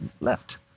left